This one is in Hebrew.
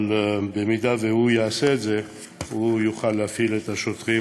אבל במידה שהוא יעשה את זה הוא יוכל להפעיל את השוטרים